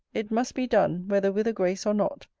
it must be done, whether with a grace or not.